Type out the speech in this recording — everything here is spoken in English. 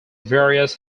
various